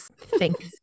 Thanks